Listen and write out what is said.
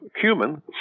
cumin